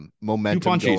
momentum